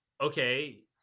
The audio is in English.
okay